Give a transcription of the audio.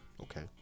Okay